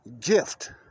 gift